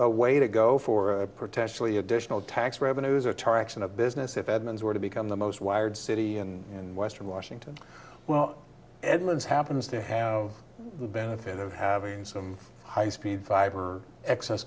a way to go for a potentially additional tax revenues are in a business if edmunds were to become the most wired city and western washington well edmonds happens to have the benefit of having some high speed fiber excess